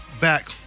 back